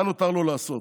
מה נותר לו לעשות?